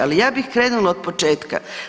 Ali ja bih krenula od početka.